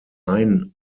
ein